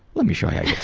let me show you